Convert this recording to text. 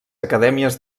acadèmies